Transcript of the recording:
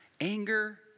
anger